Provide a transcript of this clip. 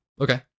okay